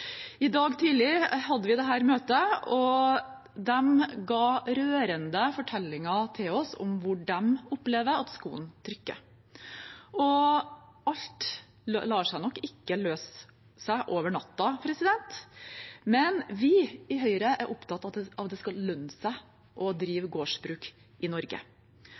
I dag tidlig hadde vi dette møtet, og de ga rørende fortellinger til oss om hvor de opplever at skoen trykker. Alt lar seg nok ikke løse over natta, men vi i Høyre er opptatt av at det skal lønne seg å drive gårdsbruk i Norge.